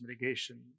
mitigation